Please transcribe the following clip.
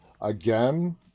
Again